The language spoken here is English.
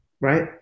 right